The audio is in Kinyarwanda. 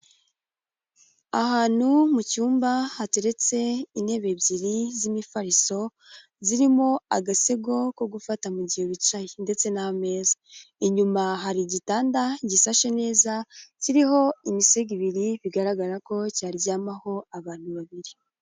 Ahantu mu cyumba hateretse intebe ebyiri z'imifariso, zirimo agasego ko gufata mu gihe wicaye ndetse n'ameza, inyuma hari igitanda gisashe neza, kiriho imisego ibiri bigaragara ko cyaryamaho, abantu babiri.